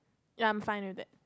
ya I'm fine with it